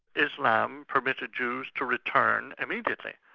islam permitted jews to return immediately,